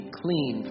clean